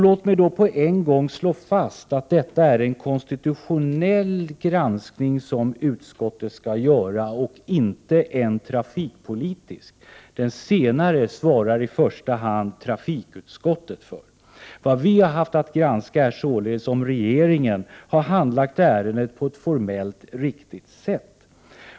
Låt mig med en gång slå fast att det är en konstitutionell granskning som utskottet skall göra och inte en trafikpolitisk. Den senare svarar i första hand trafikutskottet för. Vad vi har haft att granska är således om regeringen har handlagt ärendet på ett formellt riktigt sätt.